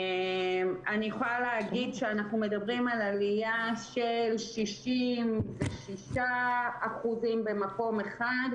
אנחנו מדברים על עלייה של 66% במקום אחד,